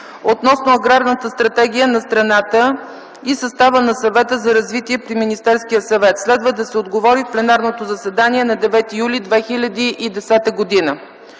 относно аграрната стратегия на страната и състава на Съвета за развитие при Министерския съвет. Следва да се отговори в пленарното заседание на 9 юли 2010 г.;